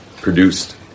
Produced